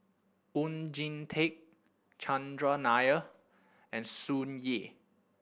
Oon Jin Teik Chandran Nair and Tsung Yeh